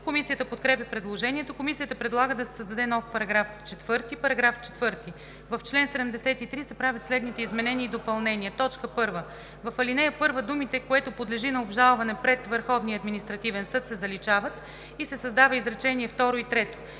Комисията подкрепя предложението. Комисията предлага да се създаде нов § 4: „§ 4. В чл. 73 се правят следните изменения и допълнения: 1. В ал. 1 думите „което подлежи на обжалване пред Върховния административен съд“ се заличават и се създават изречения второ